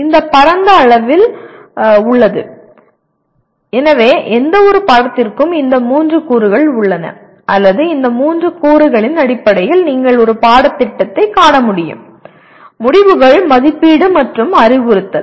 இது பரந்த அளவில் உள்ளது எனவே எந்தவொரு பாடத்திற்கும் இந்த மூன்று கூறுகள் உள்ளன அல்லது இந்த மூன்று கூறுகளின் அடிப்படையில் நீங்கள் ஒரு பாடத்திட்டத்தைக் காண முடியும் முடிவுகள் மதிப்பீடு மற்றும் அறிவுறுத்தல்